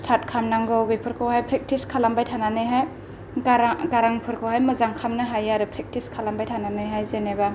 स्थार्त खालामनांगौ बेफोरखौहाय प्रेक्टिस खालामबाय थानानैहाय गारां गारांफोरखौहाय मोजां खालामनो हायो आरो प्रेक्टिस खालामबाय थानानैहाय जेनेबा